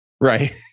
Right